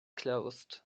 closed